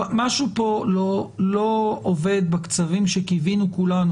משהו פה לא עובד בקצבים שקיווינו כולנו,